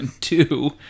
two